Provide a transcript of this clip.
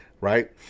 Right